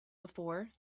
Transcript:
before